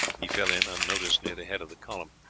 he fell in unnoticed near the head of the column.